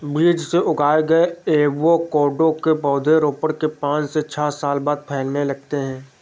बीज से उगाए गए एवोकैडो के पौधे रोपण के पांच से छह साल बाद फलने लगते हैं